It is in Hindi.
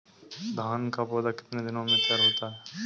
धान का पौधा कितने दिनों में तैयार होता है?